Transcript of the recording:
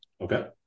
Okay